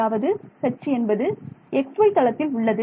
அதாவது H என்பது x y தளத்தில் உள்ளது